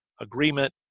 agreement